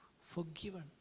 forgiven